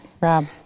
Rob